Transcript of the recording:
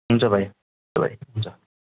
हुन्छ भाइ ल भाइ हुन्छ